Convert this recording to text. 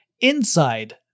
inside